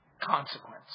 consequence